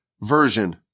version